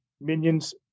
minions